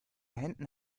händen